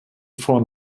vorn